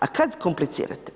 A kad komplicirati?